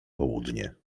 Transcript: południe